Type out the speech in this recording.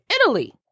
Italy